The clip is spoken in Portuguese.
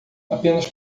apenas